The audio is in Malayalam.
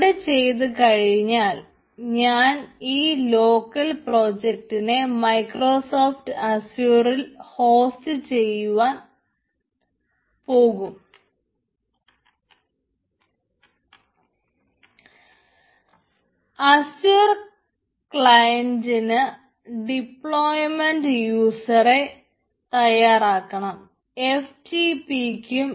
അവിടെ ചെയ്തു കഴിഞ്ഞാൽ എനിക്ക് ഈ ലോക്കൽ പ്രോജക്ടിനെ മൈക്രോസോഫ്റ്റ് അസ്യൂറിൽ ഹോസ്റ്റ് ചെയ്യിക്കുവാൻ സാധിക്കും